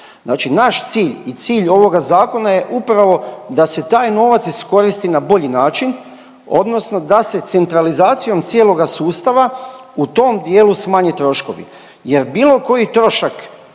naš cilj i cilj ovoga zakona je upravo da se taj novac iskoristi na bolji način odnosno da se centralizacijom cijeloga sustava u tom dijelu smanje troškovi